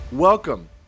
Welcome